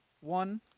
one